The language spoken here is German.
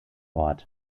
ort